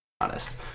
honest